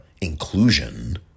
inclusion